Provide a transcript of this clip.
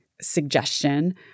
suggestion